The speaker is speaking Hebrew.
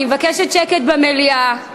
אני מבקשת שקט במליאה.